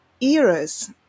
eras